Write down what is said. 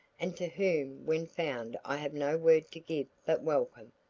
and to whom when found i have no word to give but welcome,